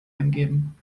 eingeben